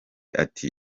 ati